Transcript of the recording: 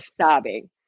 sobbing